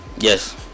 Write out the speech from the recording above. yes